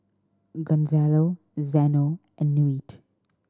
Gonzalo Zeno and Newt